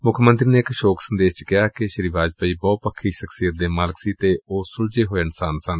ਮੁੱਖ ਮੰਤਰੀ ਨੇ ਇਕ ਸ਼ੋਕ ਸੰਦੇਸ਼ ਚ ਕਿਹਾ ਕਿ ਸ੍ਰੀ ਵਾਜਪਾਈ ਬਹੁਪੱਖੀ ਸ਼ਖਸੀਅਤ ਦੇ ਮਾਲਕ ਅਤੇ ਸੁਲਝੇ ਹੋਏ ਇਨਸਾਨ ਸਨ